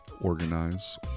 Organize